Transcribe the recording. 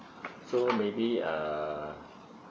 so maybe err